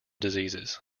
diseases